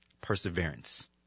Perseverance